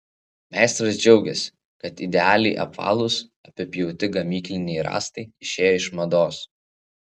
meistras džiaugiasi kad idealiai apvalūs apipjauti gamykliniai rąstai išėjo iš mados